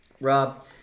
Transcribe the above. Rob